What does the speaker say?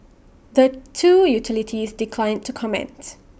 the two utilities declined to comment